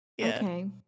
okay